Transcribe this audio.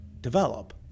develop